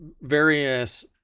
various